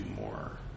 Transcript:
more